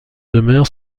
demeure